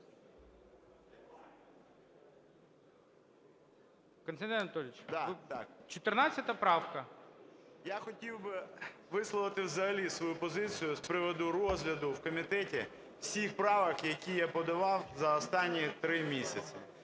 Костянтин Анатолійович, 14-а правка. 11:30:12 БОНДАРЄВ К.А. Я хотів би висловити взагалі свою позицію з приводу розгляду у комітеті всіх правок, які я подавав за останні три місяці.